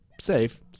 safe